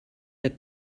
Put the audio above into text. der